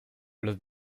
los